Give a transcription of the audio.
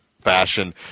fashion